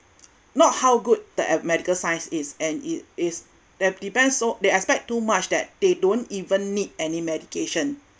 not how good the ap~ medical science is and it is they depend so they expect too much that they don't even need any medication